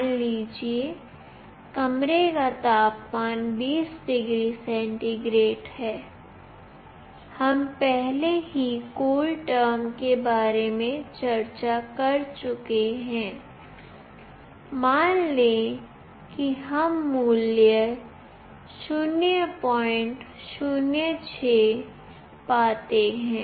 मान लीजिए कमरे का तापमान 20 डिग्री सेंटीग्रेड है हम पहले ही कूल टर्म के बारे में चर्चा कर चुके हैं मान लें कि हम मूल्य 006 पाते हैं